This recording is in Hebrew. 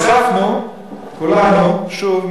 נסחפנו כולנו שוב,